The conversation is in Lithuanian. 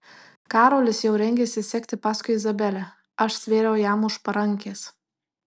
karolis jau rengėsi sekti paskui izabelę aš stvėriau jam už parankės